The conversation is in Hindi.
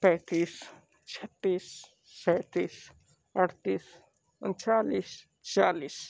पैंतीस छत्तीस सैंतीस अड़तीस उनतालिस चालीस